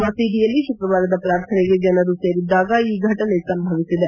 ಮಸೀದಿಯಲ್ಲಿ ಶುಕ್ರವಾರದ ಪ್ರಾರ್ಥನೆಗೆ ಜನರು ಸೇರಿದ್ದಾಗ ಈ ಘಟನೆ ಸಂಭವಿಸಿದೆ